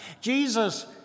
Jesus